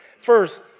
First